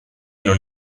non